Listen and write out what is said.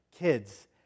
kids